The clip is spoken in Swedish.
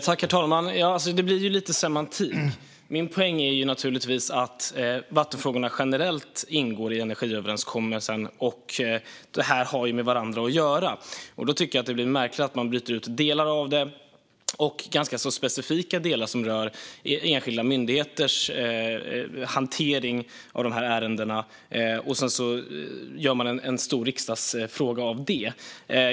Herr talman! Det blir ju lite semantik - min poäng är naturligtvis att vattenfrågorna generellt ingår i energiöverenskommelsen och att detta har med varandra att göra. Jag tycker att det blir märkligt att man bryter ut delar av det, och dessutom ganska specifika delar som rör enskilda myndigheters hantering av ärendena, och sedan gör en stor riksdagsfråga av det.